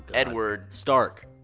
edward stark!